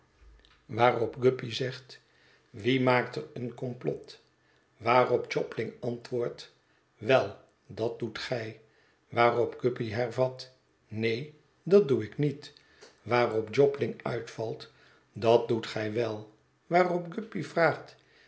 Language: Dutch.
zegt wie maakt er een komplot waarop jobling antwoordt wel dat doet gij waarop guppy hervat neen dat doe ik niet waarop jobling uitvalt dat doet gij wel waarop guppy vraagt